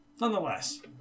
Nonetheless